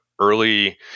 early